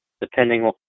depending